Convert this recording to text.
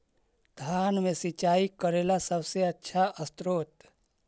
धान मे सिंचाई करे ला सबसे आछा स्त्रोत्र?